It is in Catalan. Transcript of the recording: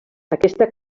aquesta